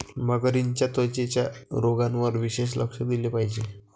मगरींच्या त्वचेच्या रोगांवर विशेष लक्ष दिले पाहिजे